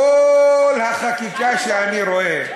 כל החקיקה שאני רואה,